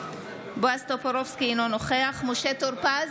בועז טופורובסקי, אינו נוכח משה טור פז,